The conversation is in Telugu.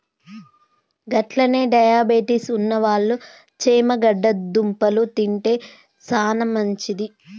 గట్లనే డయాబెటిస్ ఉన్నవాళ్ళు చేమగడ్డ దుంపలు తింటే సానా మంచిది